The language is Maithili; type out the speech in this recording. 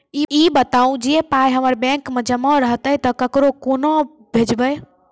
ई बताऊ जे पाय हमर बैंक मे जमा रहतै तऽ ककरो कूना भेजबै?